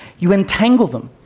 you entangle them.